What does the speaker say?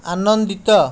ଆନନ୍ଦିତ